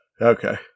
Okay